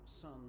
son